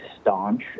staunch